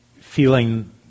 feeling